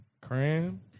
Cram